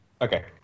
Okay